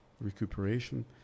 recuperation